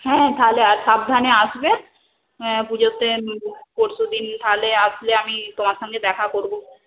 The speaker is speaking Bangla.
হ্যাঁ তাহলে আর সাবধানে আসবে হ্যাঁ পুজোতে পরশুদিন তাহলে আসলে আমি তোমার সঙ্গে দেখা করব